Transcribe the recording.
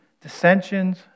dissensions